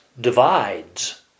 divides